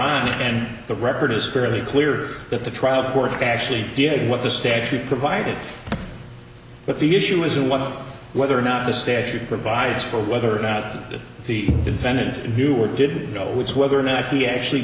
ron and the record is fairly clear that the trial court actually did what the statute provided but the issue isn't one whether or not the statute provides for whether or not the defendant knew or didn't know was whether or not he actually